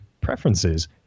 preferences